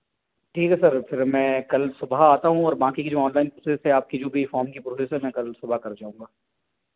ठीक है सर फिर मैं कल सुबह आता हूँ और बाकी जो ऑनलाइन प्रोसेस है आपकी जो भी फॉर्म की प्रोसेस मैं कल सुबह कर जाऊँगा